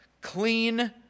clean